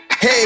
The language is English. Hey